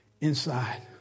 inside